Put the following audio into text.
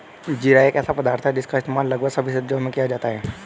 जीरा एक ऐसा पदार्थ है जिसका इस्तेमाल लगभग सभी सब्जियों में किया जाता है